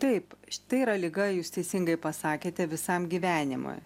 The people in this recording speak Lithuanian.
taip tai yra liga jūs teisingai pasakėte visam gyvenimui